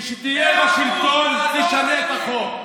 כשתהיה בשלטון תשנה את החוק.